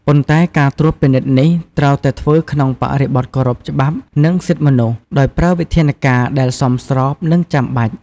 ប៉ុន្តែការត្រួតពិនិត្យនេះត្រូវតែធ្វើក្នុងបរិបទគោរពច្បាប់ និងសិទ្ធិមនុស្ស ដោយប្រើវិធានការដែលសមស្រប និងចាំបាច់។